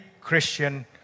Christian